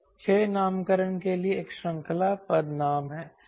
6 नामकरण के लिए एक श्रृंखला पदनाम है